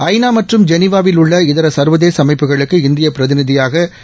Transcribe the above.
ஜநாமற்றும் ஜெனிவாவில் உள்ள இதரசர்வதேசஅமைப்புகளுக்கு இந்தியப் பிரதிநிதியாகதிரு